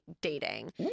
dating